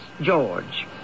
George